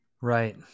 right